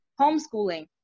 homeschooling